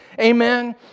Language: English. Amen